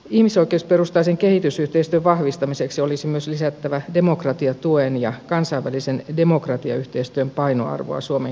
ihmisoikeusperustaisen kehitysyhteistyön vahvistamiseksi olisi myös lisättävä demokratiatuen ja kansainvälisen demokratiayhteistyön painoarvoa suomen kehityspolitiikassa